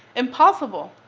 impossible.